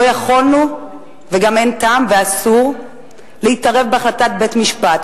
לא יכולנו וגם אין טעם ואסור להתערב בהחלטת בית-המשפט,